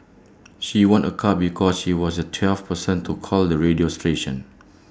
she won A car because she was the twelfth person to call the radio station